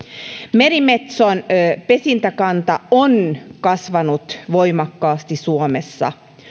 merimetson pesintäkanta on kasvanut voimakkaasti suomessa